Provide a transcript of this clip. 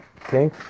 Okay